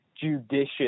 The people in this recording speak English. judicious